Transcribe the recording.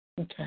Okay